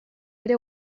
ere